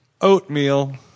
Oatmeal